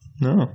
No